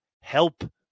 Help